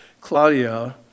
Claudia